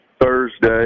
Thursday